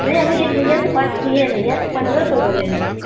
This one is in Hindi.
नहीं अभी एक भैया से बात किए हैं भैया पंद्रह सौ बोले हैं